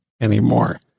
anymore